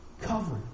covered